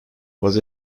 was